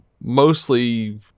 mostly